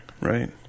Right